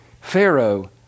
Pharaoh